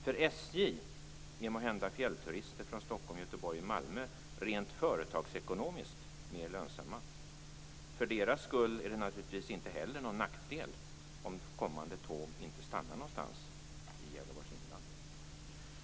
För SJ är måhända fjällturister från Stockholm, Göteborg och Malmö rent företagsekonomiskt mer lönsamma. För deras skull är det naturligtvis inte heller någon nackdel om kommande tåg inte stannar någonstans i Gävleborgs inland.